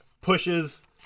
pushes